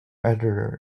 editor